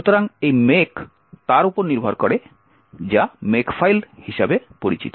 সুতরাং এই make তার উপর নির্ভর করে যা মেকফাইল হিসাবে পরিচিত